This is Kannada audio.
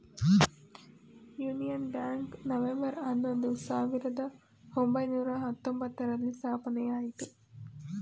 ಯೂನಿಯನ್ ಬ್ಯಾಂಕ್ ನವೆಂಬರ್ ಹನ್ನೊಂದು, ಸಾವಿರದ ಒಂಬೈನೂರ ಹತ್ತೊಂಬ್ತರಲ್ಲಿ ಸ್ಥಾಪನೆಯಾಯಿತು